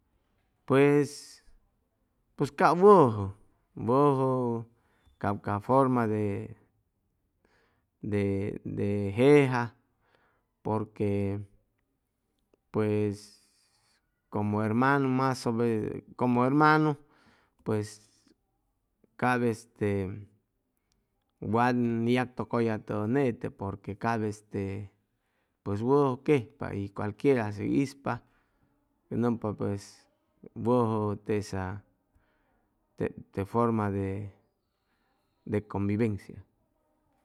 Pues pues cap wʉjʉ wʉjʉ cap ca forma de de de jeja porque pues como hermanu mas como hermanu pues cap este wan yactʉcʉya nete porque cap este pues wʉjʉ quejpa y cualquieras hʉy hizpa nʉmpa pues wʉjʉ tesa tep te forma de convivencia